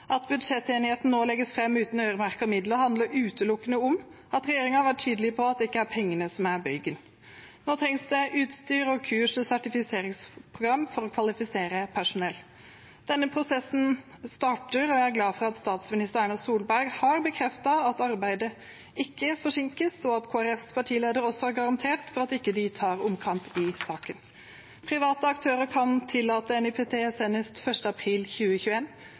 At budsjettenigheten nå legges fram uten øremerkede midler, handler utelukkende om at regjeringen har vært tydelig på at det ikke er pengene som er bøygen. Nå trengs det utstyr, kurs og sertifiseringsprogram for å kvalifisere personell. Denne prosessen starter, og jeg er glad for at statsminister Erna Solberg har bekreftet at arbeidet ikke forsinkes, og at Kristelig Folkepartis partileder også har garantert at de ikke tar omkamp i saken. Private aktører kan tillate NIPT senest 1. april